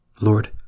Lord